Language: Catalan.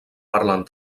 parlant